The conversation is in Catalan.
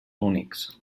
únics